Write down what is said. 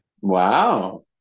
wow